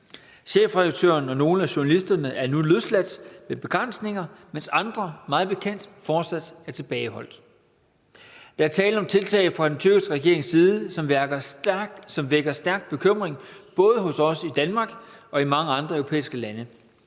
Chefredaktøren og nogle af journalisterne er nu løsladt med begrænsninger, mens andre, mig bekendt, fortsat er tilbageholdt. Der er tale om tiltag fra den tyrkiske regerings side, som vækker stærk bekymring både hos os i Danmark og i mange andre europæiske lande,